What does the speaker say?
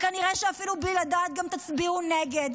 כנראה שאפילו בלי לדעת גם תצביעו נגד,